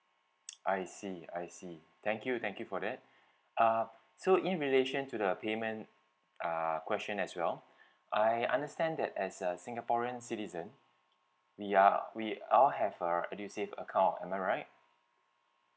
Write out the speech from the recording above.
I see I see thank you thank you for that uh so in relation to the payment uh question as well I understand that as a singaporean citizen we are we all have a edusave account am I right